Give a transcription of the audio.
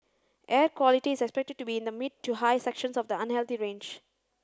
air quality is expected to be in the mid to high sections of the unhealthy range